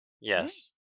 Yes